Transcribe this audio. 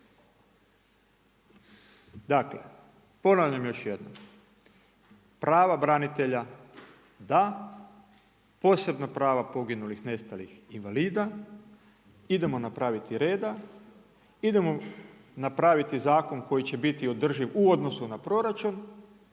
Dakle, ponavljam još jednom, prava branitelja, da, posebna prava poginulih, nestalih, invalida, idemo napraviti reda, idemo napraviti zakon koji će biti održiv u odnosu na proračun